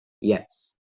yes